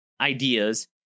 ideas